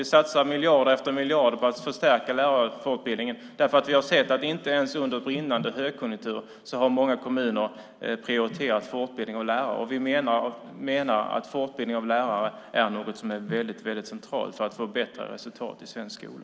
Vi har satsat miljard efter miljard för att stärka lärarfortbildningen. Vi har sett att inte ens under brinnande högkonjunktur har många kommuner prioriterat fortbildningen av lärare. Vi menar att fortbildningen av lärare är något som är väldigt centralt för att få bättre resultat i svensk skola.